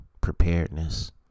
preparedness